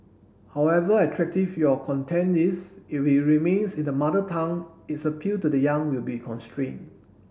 however attractive your content is if it remains in the Mother Tongue its appeal to the young will be constrained